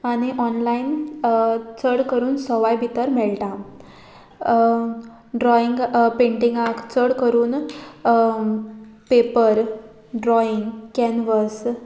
आनी ऑनलायन चड करून सवाय भितर मेळटा ड्रॉइंगा पेंटिंगाक चड करून पेपर ड्रॉइंग कॅनवस